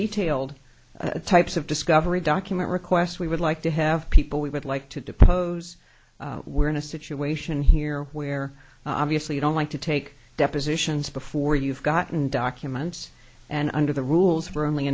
detailed types of discovery document requests we would like to have people we would like to depose we're in a situation here where obviously you don't like to take depositions before you've gotten documents and under the rules were only